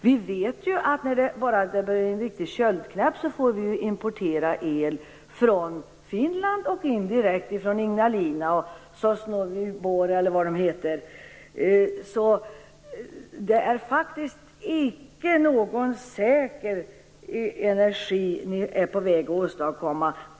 Vi vet ju att bara det blir en riktig köldknäpp får vi importera el från Finland och indirekt från Ignalina, Sosnovyj Bor eller vad de heter. Det är alltså faktiskt icke någon säker energi ni är på väg att åstadkomma.